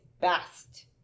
best